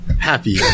happy